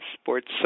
sports